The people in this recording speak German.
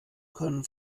können